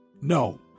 No